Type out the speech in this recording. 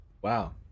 Wow